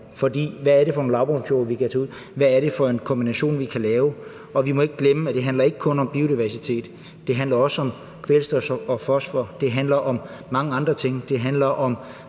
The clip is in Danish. hvad er det for nogle lavbundsjorder, vi kan tage ud? Hvad er det for en kombination, vi kan lave? Og vi må ikke glemme, at det ikke kun handler om biodiversitet. Det handler også om kvælstof og fosfor. Det handler om mange andre ting.